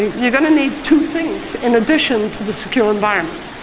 you're going to need two things, in addition to the secure environment.